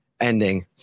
ending